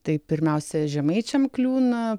tai pirmiausia žemaičiam kliūna